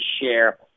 share